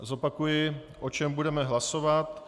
Zopakuji, o čem budeme hlasovat.